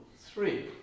three